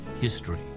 history